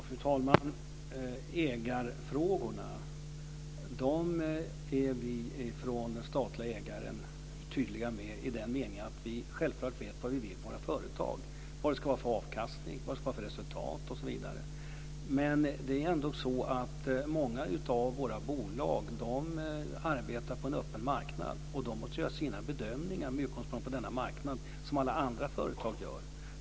Fru talman! Ägarfrågorna är vi från den statliga ägarens sida tydliga med i den meningen att vi självklart vet vad vi vill med våra företag - vad det ska vara för avkastning, vad det ska vara för resultat osv. Men det är ändock så att många av våra bolag arbetar på en öppen marknad, och de måste göra sina bedömningar med utgångspunkt från denna marknad som alla andra företag gör.